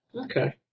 Okay